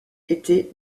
était